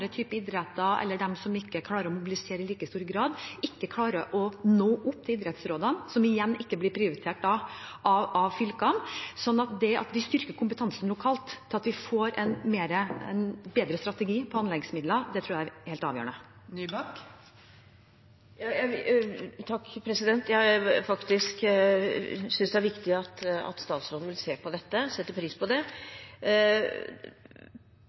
idretter eller de som ikke klarer å mobilisere i like stor grad, ikke klarer å nå opp i idrettsrådene, og blir dermed ikke prioritert av fylkene. Det at vi styrker kompetansen lokalt så vi får en bedre strategi på anleggsmidler, tror jeg er helt avgjørende. Jeg synes det er viktig at statsråden vil se på dette og setter pris på det.